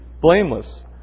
blameless